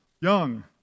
young